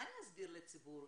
מה נסביר לציבור?